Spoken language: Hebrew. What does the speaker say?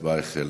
ההצבעה החלה.